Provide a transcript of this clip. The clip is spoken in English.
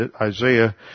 Isaiah